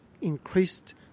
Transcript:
increased